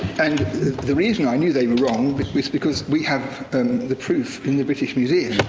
and the reason i knew they were wrong was because we have and the proof in the british museum.